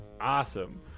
awesome